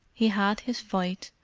he had his fight,